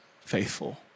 faithful